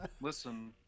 listen